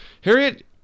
Harriet